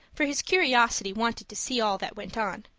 for his curiosity wanted to see all that went on.